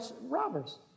robbers